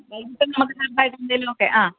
എന്തേലും ഒക്കെ ആ